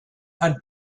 and